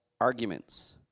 arguments